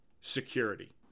security